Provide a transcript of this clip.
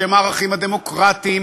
בשם הערכים הדמוקרטיים,